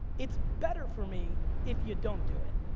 it's better for me if you don't do it,